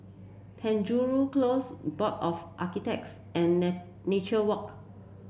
Penjuru Close Board of Architects and Nature Walk